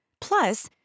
Plus